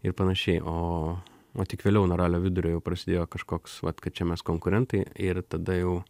ir panašiai o o tik vėliau nuo ralio vidurio jau prasidėjo kažkoks vat kad čia mes konkurentai ir tada jau